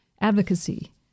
advocacy